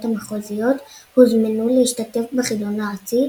המחוזיות הוזמנו להשתתף בחידון הארצי,